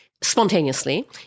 spontaneously